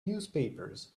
newspapers